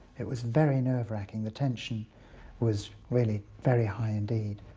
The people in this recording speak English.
it was very nerve wracking. the tension was really very high indeed.